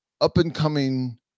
up-and-coming